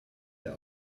der